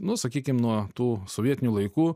nu sakykim nuo tų sovietinių laikų